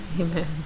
amen